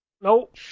Nope